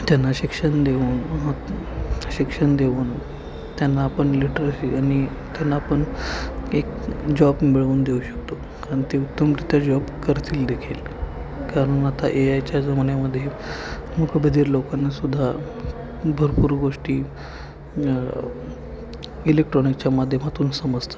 त्यांना शिक्षण देऊन शिक्षण देऊन त्यांना आपण लिटरेसी आणि त्यांना आपण एक जॉब मिळवून देऊ शकतो कारण ते उत्तमरित्या जॉब करतील देखील कारण आता ए आयच्या जमान्यामध्ये मोकबधीर लोकांना सुद्धा भरपूर गोष्टी इलेक्ट्रॉनिकच्या माध्यमातून समजतात